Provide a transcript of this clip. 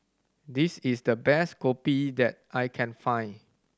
this is the best Kopi that I can find